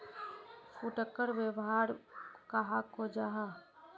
फुटकर व्यापार कहाक को जाहा?